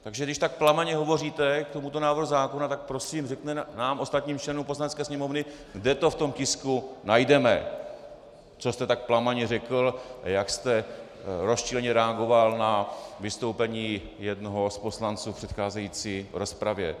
Takže když tak plamenně hovoříte k tomuto návrhu zákona, tak prosím, řekněte nám, ostatním členům Poslanecké sněmovny, kde to v tom tisku najdeme, co jste tak plamenně řekl, a jak jsem rozčileně reagoval na vystoupení jednoho z poslanců v předcházející rozpravě.